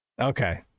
Okay